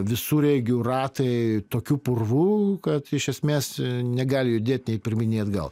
visureigių ratai tokiu purvu kad iš esmės negali judėt nei pirmyn nei atgal